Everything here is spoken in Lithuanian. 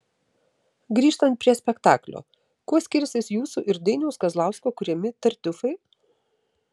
grįžtant prie spektaklio kuo skirsis jūsų ir dainiaus kazlausko kuriami tartiufai